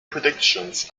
predictions